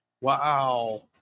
Wow